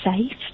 safe